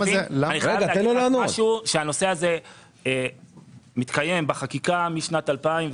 הנושא הזה מתקיים בחקיקה משנת 2009,